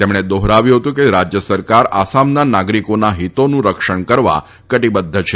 તેમણે દોહરાવ્યું હતું કે રાજ્ય સરકાર આસામમના નાગરિકોના હિતોનું રક્ષણ કરવા કટીબદ્વ છે